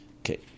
Okay